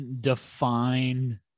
define